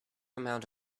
amount